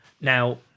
Now